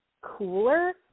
cooler